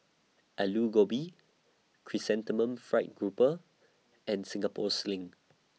Aloo Gobi Chrysanthemum Fried Grouper and Singapore Sling